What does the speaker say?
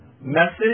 message